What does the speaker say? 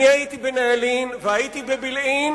אני הייתי בנעלין והייתי בבילעין,